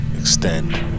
extend